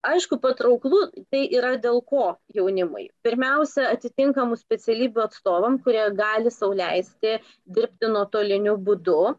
aišku patrauklu tai yra dėl ko jaunimui pirmiausia atitinkamų specialybių atstovam kurie gali sau leisti dirbti nuotoliniu būdu